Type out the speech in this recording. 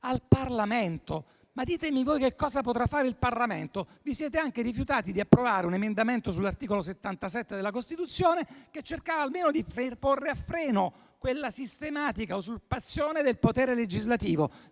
al Parlamento. Ditemi voi che cosa potrà fare il Parlamento. Vi siete anche rifiutati di approvare un emendamento sull'articolo 77 della Costituzione che cercava almeno di porre a freno la sistematica usurpazione del potere legislativo.